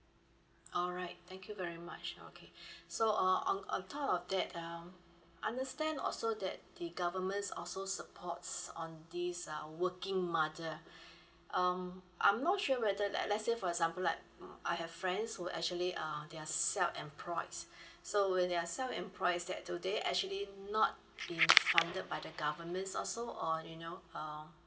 alright thank you very much okay so uh on on top of that um understand also that the governments also supports on this uh working mother um I'm not sure whether like let's say for example like um I have friends who actually um they are self employed so when they are self employed is that do they actually not be funded by the government also or you know um